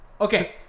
Okay